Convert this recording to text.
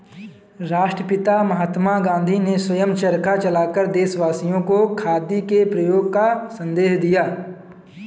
राष्ट्रपिता महात्मा गांधी ने स्वयं चरखा चलाकर देशवासियों को खादी के प्रयोग का संदेश दिया